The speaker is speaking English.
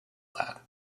that